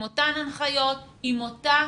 עם אותן הנחיות עם אותה